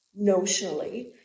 notionally